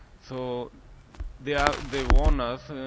so they yeah they warn us,